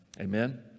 Amen